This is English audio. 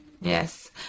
Yes